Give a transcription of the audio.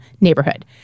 neighborhood